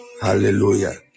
hallelujah